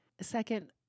Second